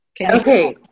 Okay